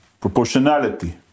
Proportionality